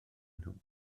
nhw